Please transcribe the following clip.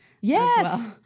Yes